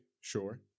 sure